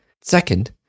Second